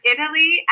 Italy